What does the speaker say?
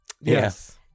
Yes